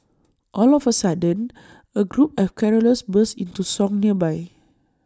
all of A sudden A group of carollers burst into song nearby